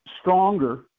stronger